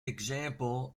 example